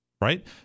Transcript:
right